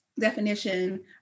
definition